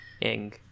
ing